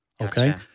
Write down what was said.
Okay